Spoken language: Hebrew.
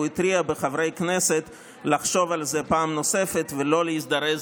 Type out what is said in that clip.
והוא התריע בפני חברי הכנסת לחשוב על זה פעם נוספת ולא להזדרז